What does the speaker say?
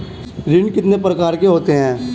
ऋण कितने प्रकार के होते हैं?